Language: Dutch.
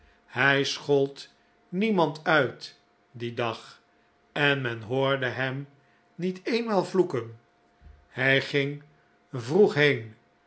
hij schold niemand uit dien dag en men hoorde hem niet eenmaal vloeken hij ging vroeg